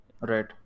right